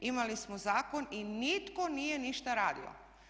Imali smo zakon i nitko nije ništa radio.